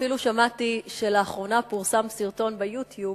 אפילו שמעתי שלאחרונה פורסם סרטון ב-YouTube,